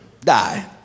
die